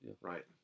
right